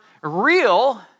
real